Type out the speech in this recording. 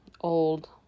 old